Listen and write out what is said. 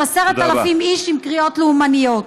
של 10,000 עם קריאות לאומניות.